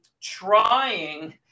trying